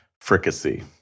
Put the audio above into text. fricassee